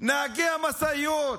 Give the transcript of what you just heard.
נהגי המשאיות,